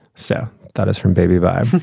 so that is from baby. bye.